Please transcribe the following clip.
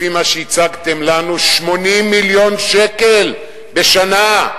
לפי מה שהצגתם לנו, 80 מיליון שקל בשנה.